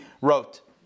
wrote